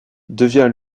devient